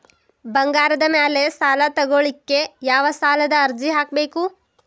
ಬಂಗಾರದ ಮ್ಯಾಲೆ ಸಾಲಾ ತಗೋಳಿಕ್ಕೆ ಯಾವ ಸಾಲದ ಅರ್ಜಿ ಹಾಕ್ಬೇಕು?